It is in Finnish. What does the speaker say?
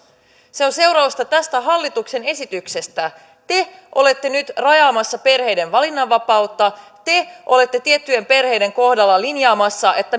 se on seurausta tästä hallituksen esityksestä te olette nyt rajaamassa perheiden valinnanvapautta te olette tiettyjen perheiden kohdalla linjaamassa